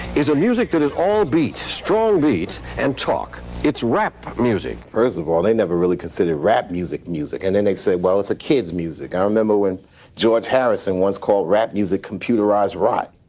is there music that is all beat, strong beat and talk. it's rap music first of all, they never really considered rap music, music. and then they'd say, well, it's a kid's music. i remember when george harrison once called rap music computerized. right.